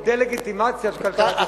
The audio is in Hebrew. החרם הוא דה-לגיטימציה של כלכלת ישראל.